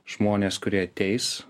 žmonės kurie ateis